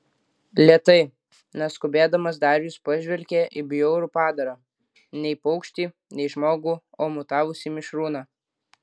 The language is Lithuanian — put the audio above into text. lėtai neskubėdamas darijus pažvelgė į bjaurų padarą nei paukštį nei žmogų o mutavusį mišrūną